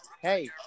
hey